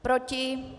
Proti?